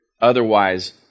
Otherwise